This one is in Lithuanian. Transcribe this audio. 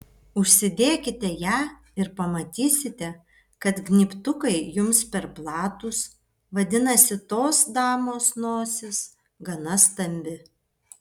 užsidėkite ją ir pamatysite kad gnybtukai jums per platūs vadinasi tos damos nosis gana stambi